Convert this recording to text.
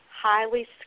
highly